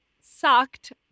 sucked